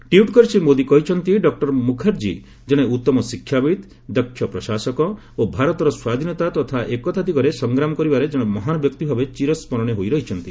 tweet କରି ଶ୍ରୀ ମୋଦି କହିଛନ୍ତି ଡଃ ମୁଖଶର୍ଜୀ ଜଣେ ଉତ୍ତମ ଶିକ୍ଷାବିତ୍ ଦକ୍ଷ ପ୍ରଶାସକ ଓ ଭାରତର ସ୍ୱାଧୀନତା ତଥା ଏକତା ଦିଗରେ ସଂଗ୍ରାମ କରିବାରେ ଜଣେ ମହାନ୍ ବ୍ୟକ୍ତି ଭାବେ ଚିର ସ୍କରଣୀୟ ହୋଇ ରହିଛନ୍ତି